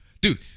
dude